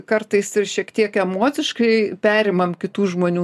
kartais ir šiek tiek emociškai perimam kitų žmonių